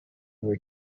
were